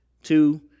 Two